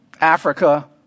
Africa